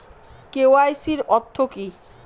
KYC অর্থ কি?